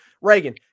Reagan